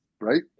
right